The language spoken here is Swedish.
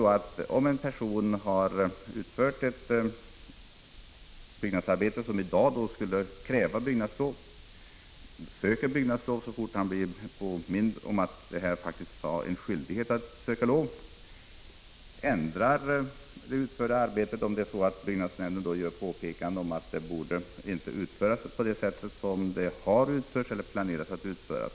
vara fråga om en person som har utfört ett byggnadsarbete som i dag skulle kräva byggnadslov och som ansöker om detta så snart han blir påmind om att skyldigheten föreligger. Han ändrar det utförda arbetet om byggnadsnämnden påpekar att detta inte borde utföras så som det har utförts eller planeras att utföras.